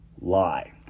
lie